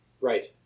Right